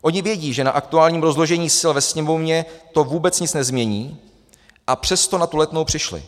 Oni vědí, že na aktuálním rozložení sil ve Sněmovně to vůbec nic nezmění, a přesto na tu Letnou přišli.